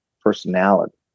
personality